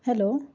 hello